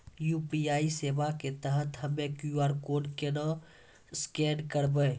UPI सेवा के तहत हम्मय क्यू.आर कोड केना स्कैन करबै?